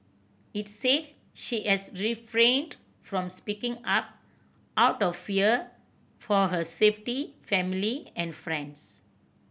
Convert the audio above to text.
it said she has refrained from speaking up out of fear for her safety family and friends